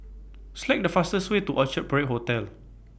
Select The fastest Way to Orchard Parade Hotel